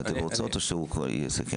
אם אתן רוצות, או שהוא כבר יסכם.